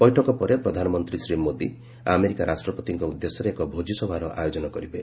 ବୈଠକ ପରେ ପ୍ରଧାନମନ୍ତ୍ରୀ ଶ୍ରୀ ମୋଦି ଆମେରିକା ରାଷ୍ଟ୍ରପତିଙ୍କ ଉଦ୍ଦେଶ୍ୟରେ ଏକ ଭୋଜିସଭାର ଆୟୋଜନ କରିବେ